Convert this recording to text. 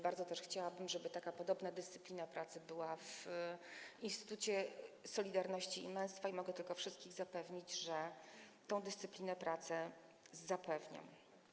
Bardzo też chciałabym, żeby podobna dyscyplina pracy była w Instytucie Solidarności i Męstwa, i mogę tylko wszystkich zapewnić, że tę dyscyplinę pracy zapewniam.